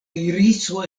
iriso